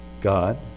God